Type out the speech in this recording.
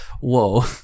whoa